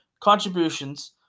contributions